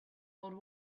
old